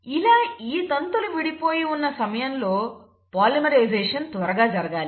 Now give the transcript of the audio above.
ఇలా ఈ తంతులు విడిపోయి ఉన్న సమయంలో పాలిమరైజేషన్ త్వరగా జరగాలి